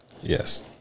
yes